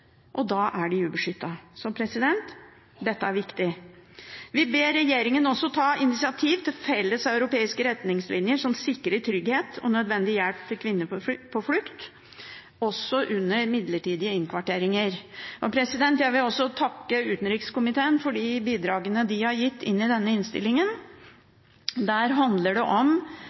og da er de ubeskyttet. Så dette er viktig. Vi ber også regjeringen ta initiativ til felles europeiske retningslinjer som sikrer trygghet og nødvendig hjelp til kvinner på flukt, også under midlertidige innkvarteringer. Jeg vil også takke utenrikskomiteen for de bidragene de har gitt til denne innstillingen. Det handler om